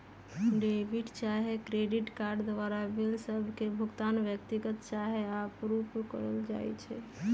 debit चाहे credit card द्वारा bill सभ के भुगतान व्यक्तिगत चाहे आपरुपे कएल जाइ छइ